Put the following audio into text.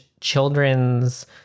children's